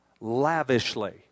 lavishly